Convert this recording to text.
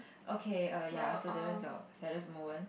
okay err ya so that one's your saddest moment